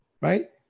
right